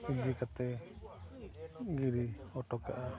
ᱤᱫᱤ ᱠᱟᱛᱮ ᱜᱤᱰᱤ ᱚᱴᱚᱠᱟᱜᱼᱟ